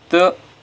تہٕ